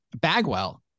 Bagwell